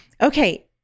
okay